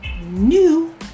new